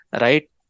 right